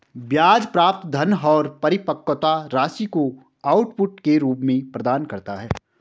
ब्याज प्राप्त धन और परिपक्वता राशि को आउटपुट के रूप में प्रदान करता है